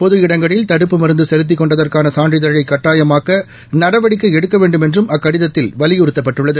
பொது இடங்களில் தடுப்பு மருந்து செலுத்திக் கொண்டதற்கான சான்றிதழை கட்டாயமாக்க நடவடிக்கை எடுக்க வேண்டுமென்றும் அக்கடிகத்தில் வலியுறுத்தப்பட்டுள்ளது